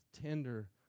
tender